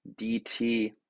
DT